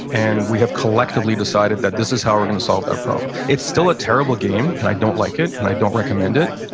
and we have collectively decided that this is how we're gonna solve that problem. it's still a terrible game and i don't like it and i don't recommend it,